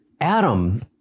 Adam